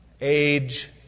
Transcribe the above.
age